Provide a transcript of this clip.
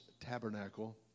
tabernacle